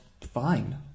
fine